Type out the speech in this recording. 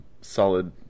solid